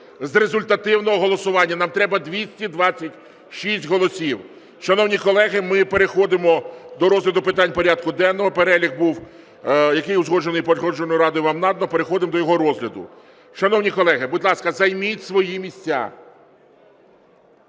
з результативного голосування, нам треба 226 голосів. Шановні колеги, ми переходимо до розгляду питань порядку денного. Перелік був, який узгоджений Погоджувальною радою, вам надано, переходимо до його розгляду. Шановні колеги, будь ласка, займіть свої місця.